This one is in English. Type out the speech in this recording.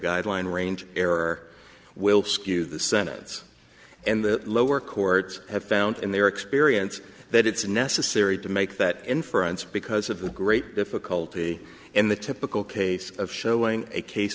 guideline range error will skew the senate's and the lower courts have found in their experience that it's necessary to make that inference because of the great difficulty in the typical case of showing a case